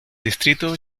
distrito